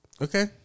Okay